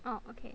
orh okay